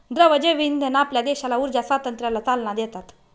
द्रव जैवइंधन आपल्या देशाला ऊर्जा स्वातंत्र्याला चालना देतात